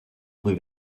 cui